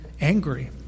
angry